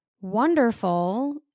wonderful